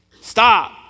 Stop